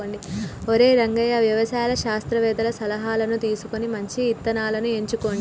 ఒరై రంగయ్య వ్యవసాయ శాస్త్రవేతల సలహాను తీసుకొని మంచి ఇత్తనాలను ఎంచుకోండి